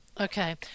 Okay